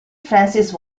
francis